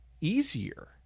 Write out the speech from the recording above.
easier